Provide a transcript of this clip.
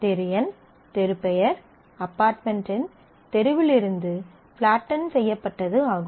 தெரு எண் தெரு பெயர் அபார்ட்மென்ட் எண் தெருவில் இருந்து ஃப்லாட்டென் செய்யப்பட்டது ஆகும்